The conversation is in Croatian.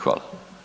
Hvala.